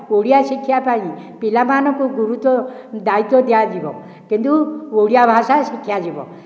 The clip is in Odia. ଓଡ଼ିଆ ଶିକ୍ଷା ପାଇଁ ପିଲାମାନଙ୍କୁ ଗୁରୁତ୍ୱ ଦାୟିତ୍ୱ ଦିଆଯିବ କିନ୍ତୁ ଓଡ଼ିଆ ଭାଷା ଶିଖାଯିବ